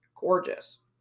gorgeous